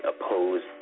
opposed